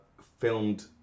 filmed